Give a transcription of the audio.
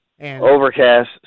Overcast